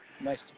Nice